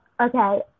Okay